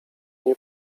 nie